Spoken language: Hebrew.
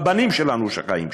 בבנים שלנו שחיים שם.